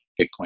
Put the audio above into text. Bitcoin